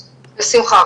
בשמחה.